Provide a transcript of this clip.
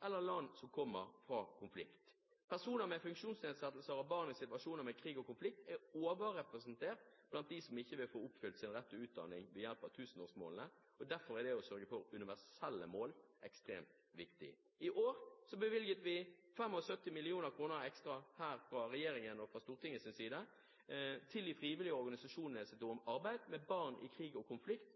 eller i land som kommer fra konflikt. Personer med funksjonsnedsettelser og barn i situasjoner med krig og konflikt er overrepresentert blant dem som ikke vil få oppfylt sin rett til utdanning ved hjelp av tusenårsmålene, og derfor er det å sørge for universelle mål ekstremt viktig. I år bevilget regjeringen og Stortinget 75 mill. kr ekstra til de frivillige organisasjonenes arbeid med barn i krig og konflikt,